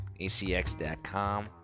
ACX.com